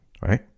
right